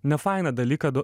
nefaina dalyką